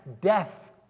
death